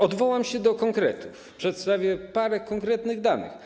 Odwołam się do konkretów, przedstawię parę konkretnych danych.